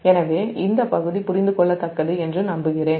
எனவே இந்த பகுதி புரிந்து கொள்ளத்தக்கது என்று நம்புகிறேன்